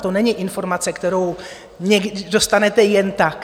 To není informace, kterou dostanete jen tak.